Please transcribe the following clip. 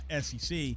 SEC